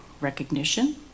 Recognition